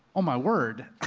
oh my word,